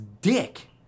dick